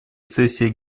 сессия